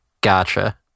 Gotcha